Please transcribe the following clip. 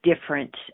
different